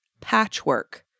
patchwork